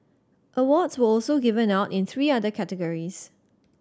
awards were also given out in three other categories